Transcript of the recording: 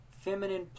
feminine